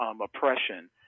oppression